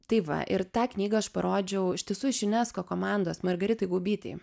tai va ir tą knygą aš parodžiau iš tiesų iš junesko komandos margaritai gaubytei